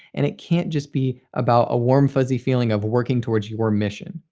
and it can't just be about a warm, fuzzy feeling of working towards your mission.